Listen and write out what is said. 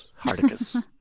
Hardicus